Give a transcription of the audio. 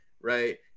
right